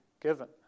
given